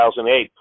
2008